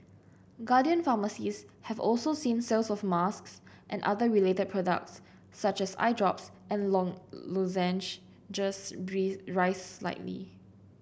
guardian pharmacies have also seen sales of masks and other related products such as eye drops and long lozenges rise slightly